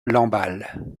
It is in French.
lamballe